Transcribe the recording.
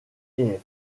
est